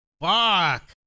Fuck